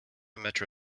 metro